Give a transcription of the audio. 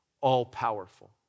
all-powerful